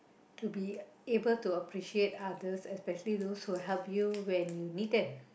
to be able to appreciate others especially those who helped you when you need them